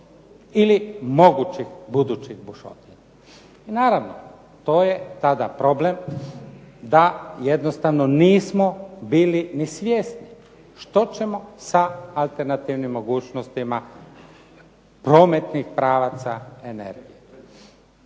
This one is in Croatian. ili mogućih budućih bušotina. I naravno, to je tada problem da jednostavno nismo ni bili svjesni što ćemo sa alternativnim mogućnostima prometnih pravaca energije.